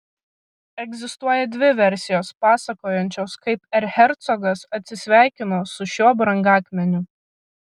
egzistuoja dvi versijos pasakojančios kaip erchercogas atsisveikino su šiuo brangakmeniu